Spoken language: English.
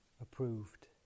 approved